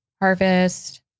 Harvest